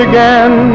Again